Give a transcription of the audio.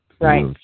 Right